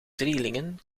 drielingen